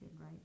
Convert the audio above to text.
right